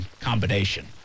combination